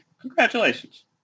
Congratulations